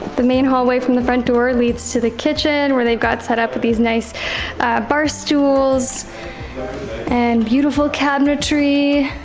the main hallway from the front door leads to the kitchen where they've got set up with these nice bar stools and beautiful cabinetry.